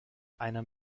einer